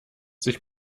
sich